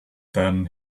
then